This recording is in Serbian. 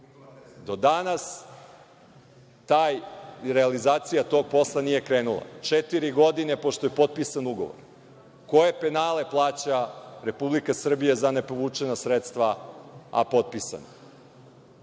Do danas realizacija tog posla nije krenula, četiri godine pošto je potpisan ugovor. Koje penale plaća Republika Srbija za ne povučena sredstva, a potpisana?